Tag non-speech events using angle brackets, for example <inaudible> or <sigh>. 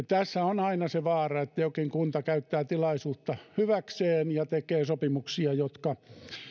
<unintelligible> tässä on aina se vaara että jokin kunta käyttää tilaisuutta hyväkseen ja tekee sopimuksia jotka